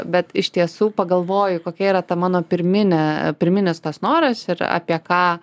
bet iš tiesų pagalvoju kokia yra ta mano pirminė pirminis tas noras ir apie ką